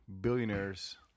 billionaires